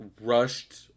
rushed